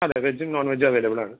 അതെ വെജ്ജും നോൺ വെജ്ജും അവൈലബിൾ ആണ്